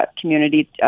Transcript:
community